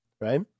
right